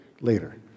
later